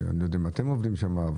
אני לא יודע אם אתם עובדים שם.